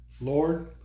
Lord